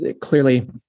clearly